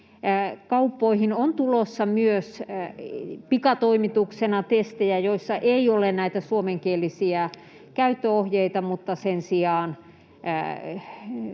kauppoihin on tulossa myös pikatoimituksena testejä, joissa ei ole näitä suomenkielisiä käyttöohjeita mutta joihin sen sijaan